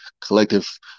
collective